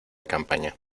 campaña